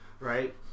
Right